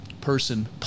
person